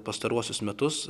pastaruosius metus